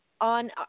on